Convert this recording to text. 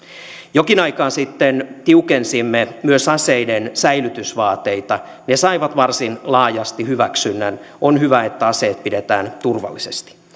jokin aika sitten tiukensimme myös aseiden säilytysvaateita ne saivat varsin laajasti hyväksynnän on hyvä että aseet pidetään turvallisesti